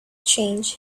change